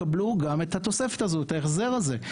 לקבל גם את התוספת וגם את ההחזר הזה.